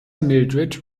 mildrid